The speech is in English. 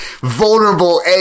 vulnerable